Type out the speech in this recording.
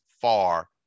far